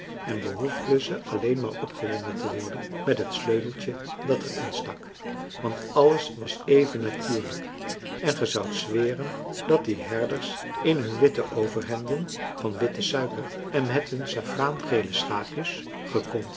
en behoefden ze alleen maar opgewonden te worden met het sleuteltje dat er in stak want alles was even natuurlijk en ge zoudt zweren dat die herders in hun witte overhemden van witte suiker en met hun saffraangele schaapjes